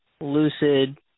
lucid